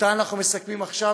שאנחנו מסכמים אותה עכשיו,